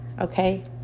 okay